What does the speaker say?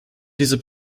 diese